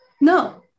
No